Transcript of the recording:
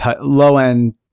low-end